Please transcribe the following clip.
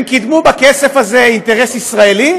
הם קידמו בכסף הזה אינטרס ישראלי,